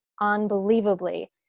unbelievably